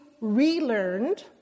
relearned